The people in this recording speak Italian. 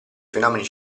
fenomeni